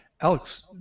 Alex